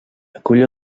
acull